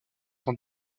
dans